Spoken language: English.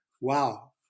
Wow